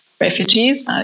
refugees